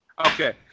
Okay